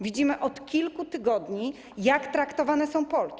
Widzimy od kilku tygodni, jak traktowane są Polki.